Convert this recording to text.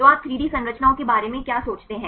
तो आप 3 डी संरचनाओं के बारे में क्या सोचते हैं